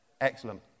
Excellent